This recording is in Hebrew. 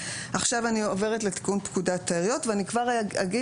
אני עוברת לתיקון פקודת העיריות ואני כבר אגיד